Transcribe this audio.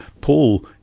Paul